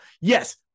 Yes